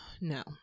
No